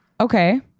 Okay